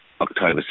October